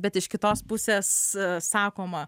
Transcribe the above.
bet iš kitos pusės sakoma